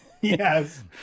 yes